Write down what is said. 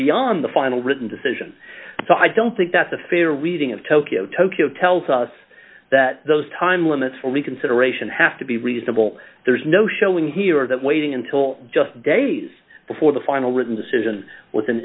beyond the final written decision so i don't think that's a fair reading of tokyo tokyo tells us that those time limits for reconsideration have to be reasonable there's no showing here that waiting until just days before the final written decision within